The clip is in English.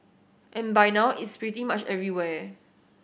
and by now it's pretty much everywhere